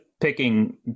picking